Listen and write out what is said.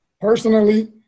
personally